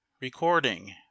Recording